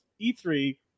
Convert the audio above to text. E3